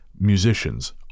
musicians